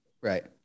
Right